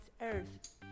Earth